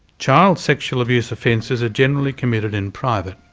child sex yeah abuse offences are generally committed in private,